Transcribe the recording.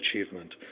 achievement